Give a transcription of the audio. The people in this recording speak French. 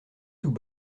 tout